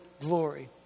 glory